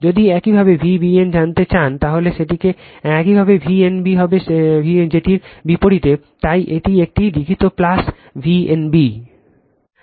যদি একইভাবে V n b জানতে চান তাহলে সেটটিতে একইভাবে V n b হবে যেটির বিপরীতে সময় রেফার করুন 2418 তাই এটি একটি লিখিত V n b